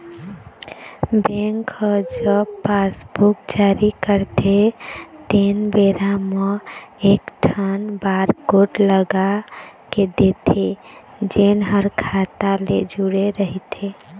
bank ह जब passbook जारी करथे तेन बेरा म एकठन बारकोड लगा के देथे जेन ह खाता ले जुड़े रहिथे